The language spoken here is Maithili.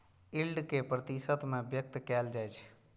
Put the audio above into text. यील्ड कें प्रतिशत मे व्यक्त कैल जाइ छै